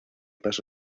paso